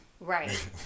Right